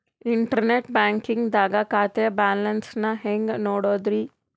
Internet banking ದಾಗ ಖಾತೆಯ balance ನ ಹೆಂಗ್ ನೋಡುದ್ರಿ?